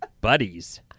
buddies